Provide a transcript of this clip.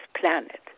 planet